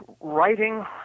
writing